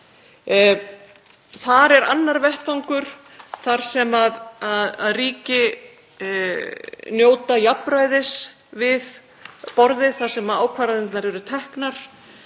Þar er annar vettvangur þar sem ríki njóta jafnræðis við borðið þar sem ákvarðanirnar eru teknar.